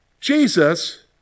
Jesus